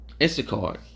Instacart